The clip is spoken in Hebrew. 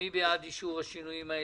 מי בעד אישור השינויים האלה?